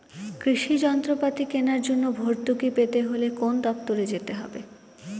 কৃষি যন্ত্রপাতি কেনার জন্য ভর্তুকি পেতে হলে কোন দপ্তরে যেতে হবে?